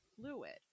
fluid